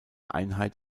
einheit